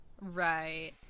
Right